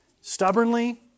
stubbornly